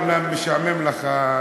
אומנם משעמם לך,